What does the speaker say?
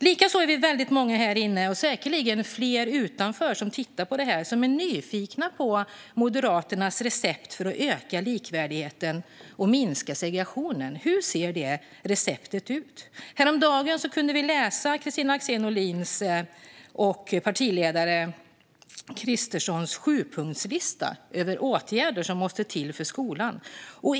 Likaså är vi nog många här inne och säkerligen fler utanför som tittar på detta som är nyfikna på Moderaternas recept för att öka likvärdigheten och minska segregationen. Hur ser detta recept ut? Häromdagen kunde vi läsa Kristina Axén Olins och partiledare Kristerssons sjupunktslista över åtgärder som måste till för skolan.